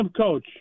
coach